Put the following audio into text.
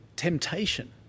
Temptation